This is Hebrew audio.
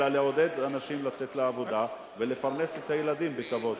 אלא לעודד אנשים לצאת לעבודה ולפרנס את הילדים בכבוד.